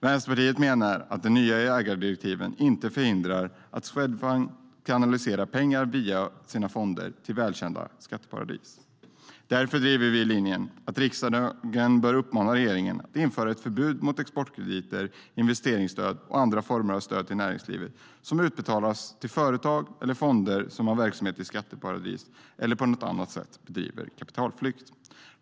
Vänsterpartiet menar att de nya ägardirektiven inte förhindrar att Swedfund kanaliserar pengar via sina fonder till välkända skatteparadis. Därför driver vi linjen att riksdagen bör uppmana regeringen att införa ett förbud mot exportkrediter, investeringsstöd och andra former av stöd till näringslivet som utbetalas till företag eller fonder som har verksamhet i skatteparadis eller på annat sätt bidrar till kapitalflykt.